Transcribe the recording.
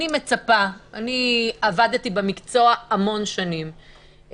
עבדתי במקצוע המון שנים,